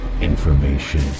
information